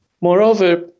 Moreover